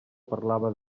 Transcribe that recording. parlava